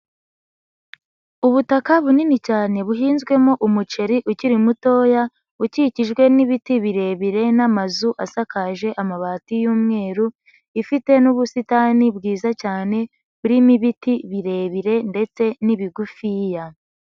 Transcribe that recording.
Ubutaka bunini cyane buhinzwemo umuceri ukiri mutoya, ukikijwe n'ibiti birebire n'amazu asakaje amabati y'umweru, ifite n'ubusitani bwiza cyane burimo ibiti birebire ndetse n'ibigufiya.